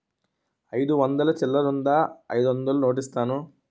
అయిదు వందలు చిల్లరుందా అయిదొందలు నోటిస్తాను?